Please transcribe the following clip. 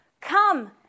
Come